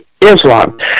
Islam